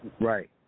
Right